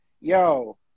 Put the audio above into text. Yo